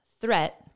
threat